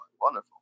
Wonderful